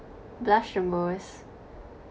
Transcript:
blush the most